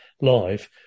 live